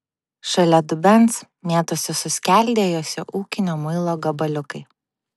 šalia dubens mėtosi suskeldėjusio ūkinio muilo gabaliukai